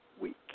week